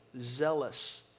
zealous